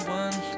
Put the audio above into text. one